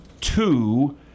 two